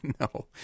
No